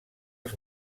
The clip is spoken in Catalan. els